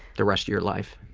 the rest of your life.